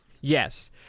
Yes